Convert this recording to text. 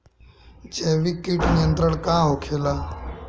जैविक कीट नियंत्रण का होखेला?